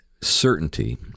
certainty